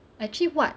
achieve what